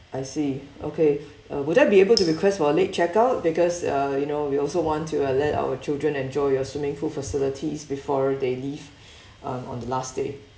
I see okay uh would I be able to request for a late check out because uh you know we also want to uh let our children enjoy your swimming pool facilities before they leave um on the last day